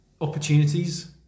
opportunities